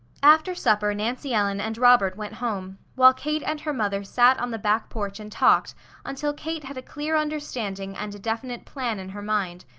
after supper nancy ellen and robert went home, while kate and her mother sat on the back porch and talked until kate had a clear understanding and a definite plan in her mind,